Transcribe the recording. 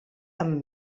amb